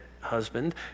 husband